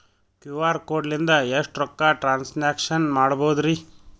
QR code ಲಿಂದ ಎಷ್ಟ ರೊಕ್ಕ ಟ್ರಾನ್ಸ್ಯಾಕ್ಷನ ಮಾಡ್ಬೋದ್ರಿ?